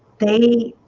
they